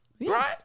right